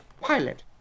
Pilot